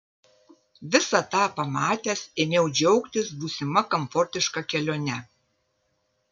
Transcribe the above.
visą tą pamatęs ėmiau džiaugtis būsima komfortiška kelione